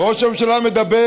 וראש הממשלה מדבר